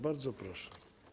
Bardzo proszę.